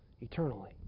eternally